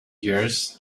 years